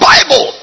Bible